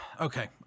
Okay